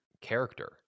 character